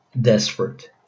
desperate